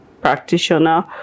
practitioner